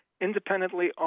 independently